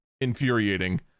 infuriating